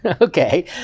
Okay